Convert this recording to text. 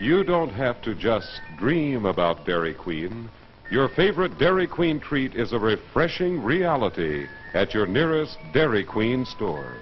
you don't have to just dream about dairy queen your favorite dairy queen treat is a refreshing reality that your nearest dairy queen store